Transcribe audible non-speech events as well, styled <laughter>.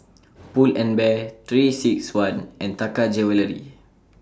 Pull and Bear three six one and Taka <unintelligible>